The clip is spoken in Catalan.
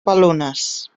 balones